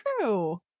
true